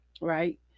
Right